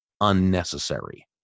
unnecessary